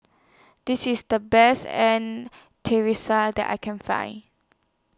This IS The Best An that I Can Find